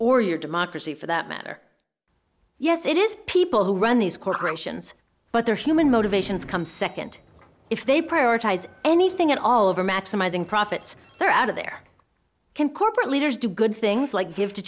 or your democracy for that matter yes it is people who run these corporations but their human motivations come second if they prioritize anything at all over maximizing profits they're out of there can corporate leaders do good things like give to